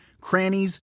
crannies